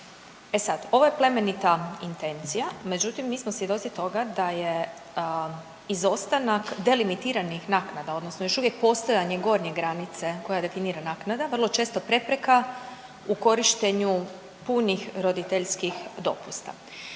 E sad, ovo je plemenita intencija, međutim mi smo svjedoci toga da je izostanak delimitiranih naknada odnosno još uvijek postojanje gornje granice koja definira naknade vrlo često prepreka u korištenju punih roditeljskih dopusta